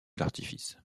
d’artifice